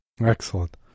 Excellent